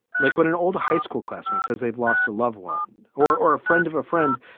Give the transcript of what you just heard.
like when an old high school classmate says they've lost a loved one or or a friend of a friend?